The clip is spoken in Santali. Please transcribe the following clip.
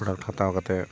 ᱯᱨᱳᱰᱟᱠᱴ ᱦᱟᱛᱟᱣ ᱠᱟᱛᱮ